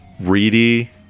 reedy